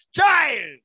child